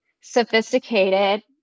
sophisticated